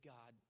God